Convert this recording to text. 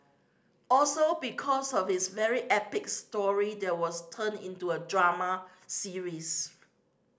also because of his very epic story there was turned into a drama series